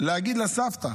להגיד לסבתא